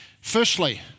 Firstly